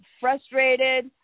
frustrated